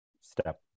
step